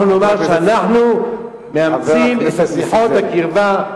אנחנו נאמר שאנחנו מאמצים את שיחות הקרבה,